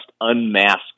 unmask